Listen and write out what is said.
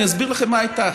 אני אסביר לכם מה היא הייתה.